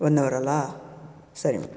one ಅವರಲ್ಲಾ ಸರಿ ಮ್